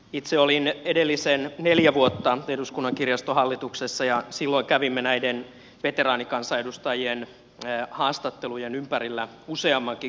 itse olin edelliset neljä vuotta eduskunnan kirjaston hallituksessa ja silloin kävimme näiden veteraanikansanedustajien haastattelujen ympärillä useammankin keskustelun